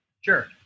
Sure